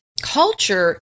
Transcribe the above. culture